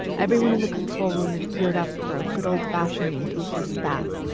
everyone in the control room is geared up for a good old-fashioned intrusos spat